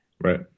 Right